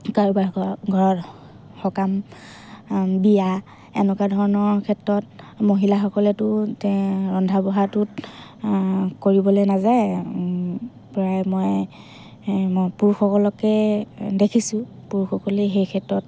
কাৰোবাৰ ঘৰ ঘৰত সকাম বিয়া এনেকুৱা ধৰণৰ ক্ষেত্ৰত মহিলাসকলেতো ৰন্ধা বঢ়াটোত কৰিবলৈ নাযায় প্ৰায় মই মই পুৰুষসকলকে দেখিছোঁ পুৰুষসকলেই সেই ক্ষেত্ৰত